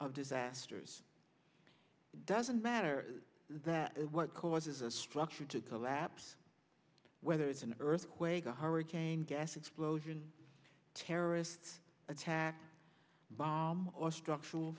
of disasters doesn't matter that what causes a structure to collapse whether it's an earthquake or hurricane gas explosion terrorist attack bomb or structural